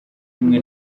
kumwe